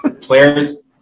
Players